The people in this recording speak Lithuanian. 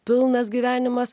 pilnas gyvenimas